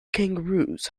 kangaroos